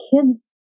kids